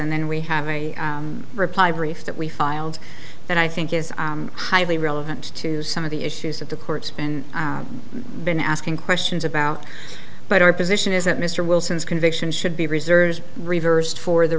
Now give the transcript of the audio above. and then we have a reply brief that we filed that i think is highly relevant to some of the issues that the court's been been asking questions about but our position is that mr wilson's conviction should be reserved reversed for the